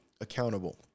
accountable